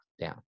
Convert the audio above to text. down